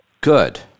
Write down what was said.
Good